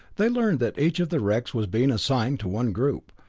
they learned that each of the wrecks was being assigned to one group.